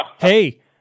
hey